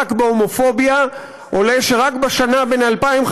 למאבק בהומופוביה עולה שרק בין 2015